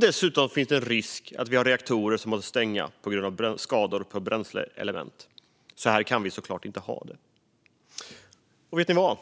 Dessutom finns det en risk att reaktorer måste stängas på grund av skador på bränsleelement. Så här kan vi såklart inte ha det. Men vet ni vad?